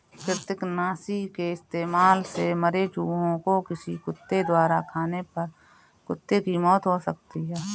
कृतंकनाशी के इस्तेमाल से मरे चूहें को किसी कुत्ते द्वारा खाने पर कुत्ते की मौत हो सकती है